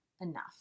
enough